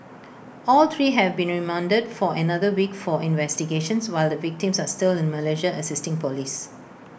all three have been remanded for another week for investigations while the victims are still in Malaysia assisting Police